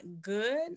good